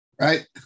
Right